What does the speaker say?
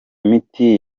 miti